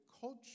culture